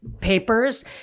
papers